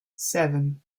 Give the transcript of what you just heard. seven